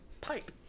pipe